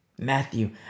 Matthew